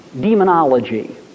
demonology